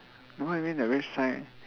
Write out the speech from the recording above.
what you mean the red sign